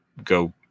Go